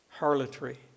harlotry